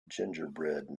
gingerbread